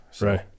Right